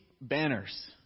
banners